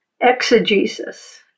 exegesis